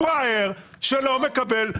פראייר שלא מקבל,